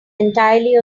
entirely